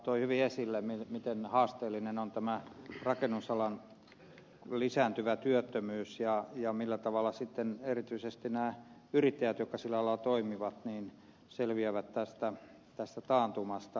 kuoppa toi hyvin esille miten haasteellinen on tämä rakennusalan lisääntyvä työttömyys ja millä tavalla sitten erityisesti nämä yrittäjät jotka sillä alalla toimivat selviävät tästä taantumasta